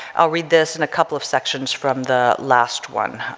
i'll read this and a couple of sections from the last one,